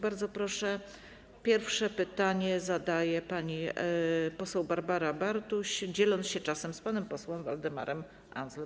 Bardzo proszę, pierwsze pytanie zadaje pani poseł Barbara Bartuś, dzieląc się czasem z panem posłem Waldemarem Andzelem.